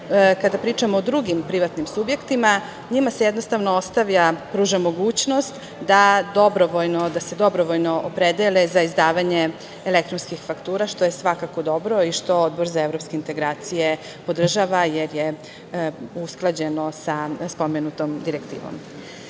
kada pričamo o drugim privatnim subjektima, njima jednostavno ostavlja, pruža mogućnost da se dobrovoljno opredele za izdavanje elektronskih faktura, što je svakako dobro i što Odbor za evropske integracije podržava jer je usklađeno sa spomenutom direktivom. Rešenje